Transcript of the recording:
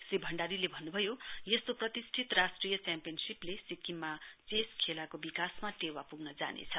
श्री भण्डारीले भन्नभयो यस्तो प्रतिष्ठित राष्ट्रिय च्याम्पियनशीपले सिक्किममा चेस खेलाको विकासमा टोवा पुग्न जानेछ